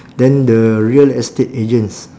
then the real estate agents